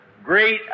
Great